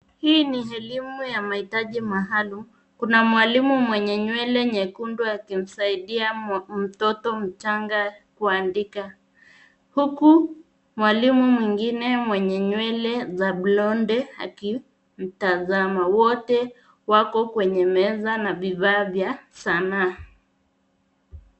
Hii ni elimu ya mahitaji maalum. Kuna mwalimu mwenye nywele nyekundu akimsaidia mtoto mchanga kuandika, huku mwalimu mwingine mwenye nywele za blonde akimtazama. Wote wako kwenye meza na vifaa vya sanaa.